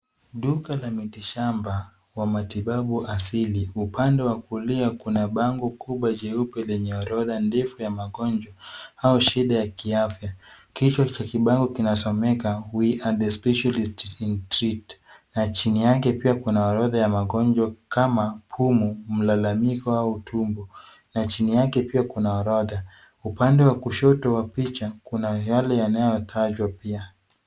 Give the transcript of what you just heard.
Duka la mitishamba la matibabu asili. Upande wa kulia kuna bango kubwa jeupe lenye orodha ndefu ya magonjwa au shida ya kiafya. Kichwa cha kibao kinasomeka [C]we are the specialist in treat[c] na chini yake pia kuna orodha ya magonjwa kama humu mlalamiko au tumbo na chini yake pia kuna orodha. Upande wa kushoto wa picha kuna yale yanayotajwa pia.